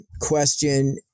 question